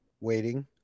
waiting